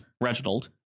Reginald